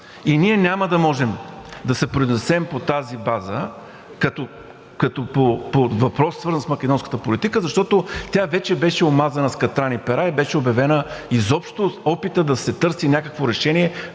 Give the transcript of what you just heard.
И ние няма да можем да се произнесем по тази база – като по въпроса, свързан с македонската политика, защото тя вече беше омазана с катран и пера, и изобщо опитът да се търси някакво решение